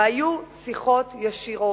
והיו שיחות ישירות,